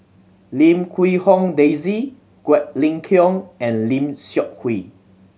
Lim Quee Hong Daisy Quek Ling Kiong and Lim Seok Hui